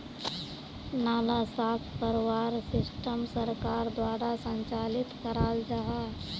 नाला साफ करवार सिस्टम सरकार द्वारा संचालित कराल जहा?